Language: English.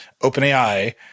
OpenAI